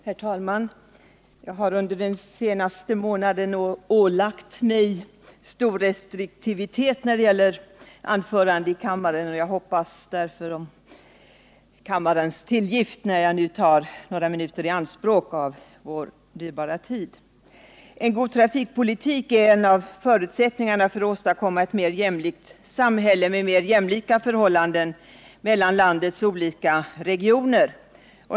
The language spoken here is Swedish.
Herr talman! Jag har under den senaste månaden ålagt mig stor restriktivitet när det gäller anföranden i kammaren, och jag hoppas därför på kammarens tillgift när jag nu tar några minuter i anspråk av vår dyrbara tid. En god trafikpolitik är en av förutsättningarna för att åstadkomma ett mer jämlikt samhälle med mer jämlika förhållanden i landets olika regioner.